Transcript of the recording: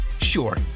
Sure